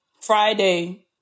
Friday